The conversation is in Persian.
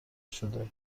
شده